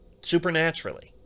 supernaturally